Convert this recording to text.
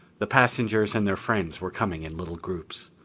the passengers and their friends were coming in little groups.